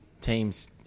teams